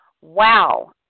wow